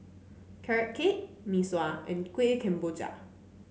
Carrot Cake Mee Sua and Kuih Kemboja